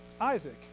Isaac